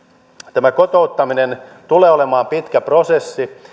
tämä kotouttaminen tulee olemaan pitkä prosessi